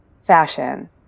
fashion